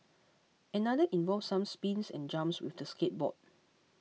another involved some spins and jumps with the skateboard